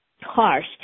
harsh